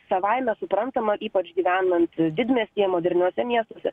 savaime suprantama ypač gyvenant didmiestyje moderniuose miestuose